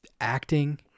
acting